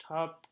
Top